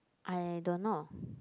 I don't know